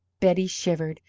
betty shivered.